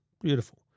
Beautiful